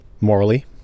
morally